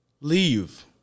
leave